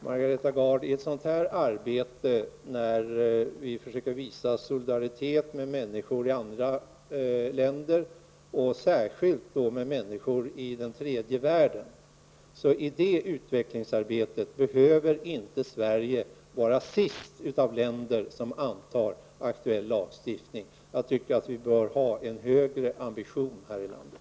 Fru talman! I ett sådant här utvecklingsarbete, Margareta Gard, när vi försöker visa solidaritet med människor i andra länder, och särskilt i länder i tredje världen, behöver inte Sverige vara sist bland länder som antar aktuell lagstiftning. Jag tycker att vi bör ha en högre ambition här i landet.